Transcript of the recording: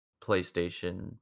PlayStation